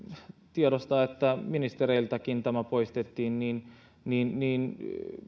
tiedostaa että ministereiltäkin tämä poistettiin